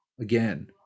again